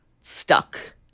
stuck